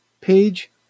Page